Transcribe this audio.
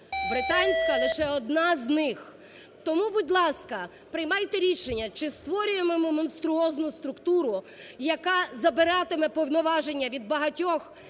Британська – лише одна з них. Тому, будь ласка, приймайте рішення, чи створюємо ми монструозну структуру, яка забиратиме повноваження від багатьох